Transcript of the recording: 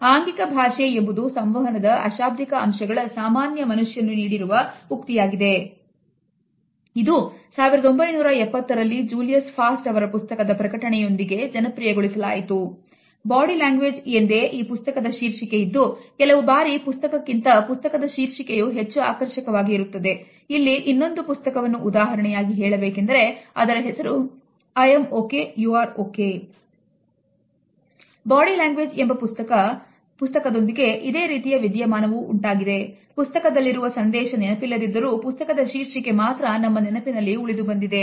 ಇದು 1970 ರಲ್ಲಿ Julius Fast ಅವರ ಪುಸ್ತಕದ ಪ್ರಕಟಣೆಯೊಂದಿಗೆ ಜನಪ್ರಿಯBody Language ಎಂದೇ ಈ ಪುಸ್ತಕದ ಶೀರ್ಷಿಕೆ ಇದ್ದು ಕೆಲವು ಬಾರಿ ಪುಸ್ತಕಕ್ಕಿಂತ ಪುಸ್ತಕದ ಶೀರ್ಷಿಕೆಯೂ ಹೆಚ್ಚು ಆಕರ್ಷಕವಾಗಿಪುಸ್ತಕದಲ್ಲಿರುವ ಸಂದೇಶ ನೆನಪಿಲ್ಲದಿದ್ದರೂ ಪುಸ್ತಕದ ಶೀರ್ಷಿಕೆ ಮಾತ್ರ ನಮ್ಮ ನೆನಪಿನಲ್ಲಿ ಉಳಿದು ಬಂದಿದೆ